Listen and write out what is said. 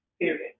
Period